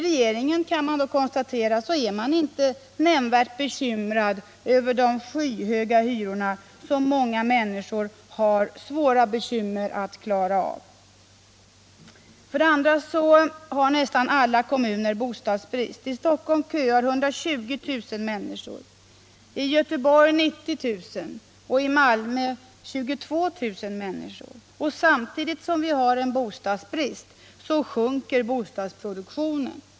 Regeringen — det kan vi konstatera — är alltså inte nämnvärt bekymrad över de skyhöga hyror som många människor har svåra bekymmer med att klara. 2. Nästan alla kommuner har bostadsbrist. I Stockholm köar 120 000 människor, i Göteborg 90 000 och i Malmö 92 000 människor. Och samtidigt som vi har bostadsbrist sjunker bostadsproduktionen.